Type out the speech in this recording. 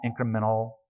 incremental